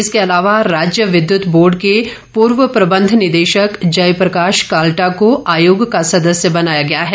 इसके अलावा राज्य विंद्युत बोर्ड के पूर्व प्रबंध निदेशक जयप्रकाश काल्टा को आयोग का सदस्य बनाया गया है